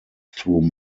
through